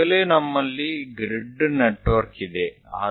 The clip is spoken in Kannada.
ಈಗಾಗಲೇ ನಮ್ಮಲ್ಲಿ ಗ್ರಿಡ್ ನೆಟ್ವರ್ಕ್ ಇದೆ